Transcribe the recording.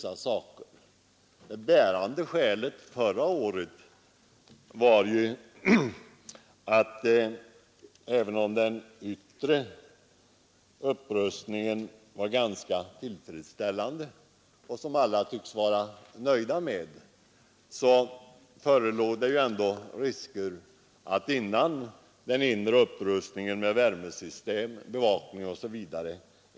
Det bärande skälet förra året var ju att även om den yttre upprustningen var ganska tillfredsställande — alla tycks vara nöjda med den — förelåg det ändå vissa risker, innan den inre upprustningen var färdig med värmesystem, bevakning osv.